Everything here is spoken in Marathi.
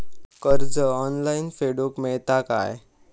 कर्ज ऑनलाइन फेडूक मेलता काय?